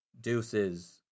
Deuces